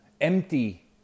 empty